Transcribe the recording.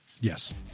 Yes